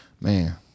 man